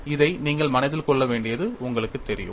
இதை நீங்கள் மனதில் கொள்ள வேண்டியது உங்களுக்குத் தெரியும்